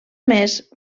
més